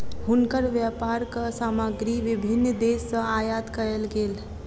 हुनकर व्यापारक सामग्री विभिन्न देस सॅ आयात कयल गेल